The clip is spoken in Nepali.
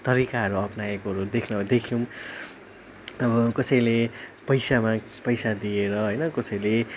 तरिकाहरू अपनाएकोहरू देख्न देख्यौँ अब कसैले पैसामा पैसा दिएर होइन कसैले